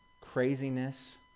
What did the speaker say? craziness